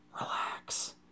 relax